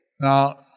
Now